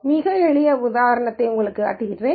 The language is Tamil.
மிக எளிய உதாரணத்தை உங்களுக்குக் காட்டுகிறேன்